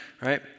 right